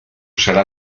serà